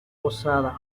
posada